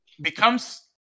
becomes